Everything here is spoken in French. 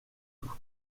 tout